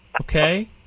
okay